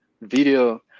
video